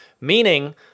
meaning